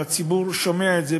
והציבור שומע את זה,